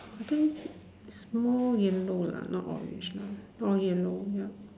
I think is more yellow lah not orange lah more yellow yup